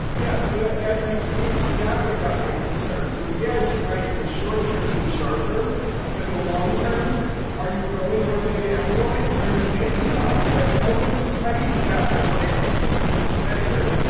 yeah, so yeah you you exactly got my concern. so yes, you might in the short term be sharper but in the long term are you growing more beta amyloid? i mean maybe not, but no one's studied that. i'd like to see them study it.